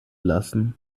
lassen